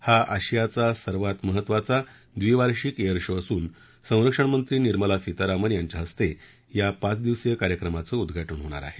हा आशियाचा सर्वात महत्त्वाचा ड्विवार्षिक एअर शो असून संरक्षणमंत्री निर्मला सीतारामन यांच्या हस्ते या पाच दिवसीय कार्यक्रमाचं उद्घाटन होणार आहे